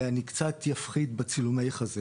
ואני קצת אפחית בצילומי החזה